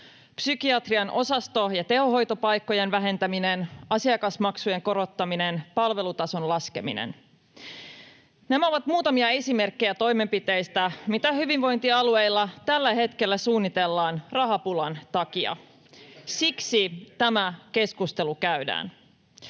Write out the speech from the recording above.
psykiatrian osasto- ja tehohoitopaikkojen vähentäminen, asiakasmaksujen korottaminen, palvelutason laskeminen — nämä ovat muutamia esimerkkejä toimenpiteistä, [Ben Zyskowicz: Teidän soten seurauksista!] mitä hyvinvointialueilla tällä hetkellä suunnitellaan rahapulan takia. [Ben Zyskowicz: Jonka